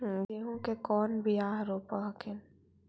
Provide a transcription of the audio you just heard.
गेहूं के कौन बियाह रोप हखिन?